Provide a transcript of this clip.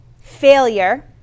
failure